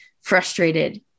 frustrated